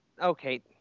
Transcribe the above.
Okay